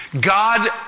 God